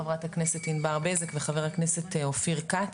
חברת הכנסת ענבר בזק וחבר הכנסת אופיר כץ.